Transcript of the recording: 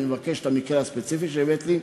אני מבקש את המקרה הספציפי שהבאת לי.